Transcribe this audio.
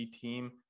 team